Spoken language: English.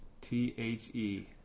T-H-E